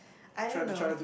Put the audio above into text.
I don't know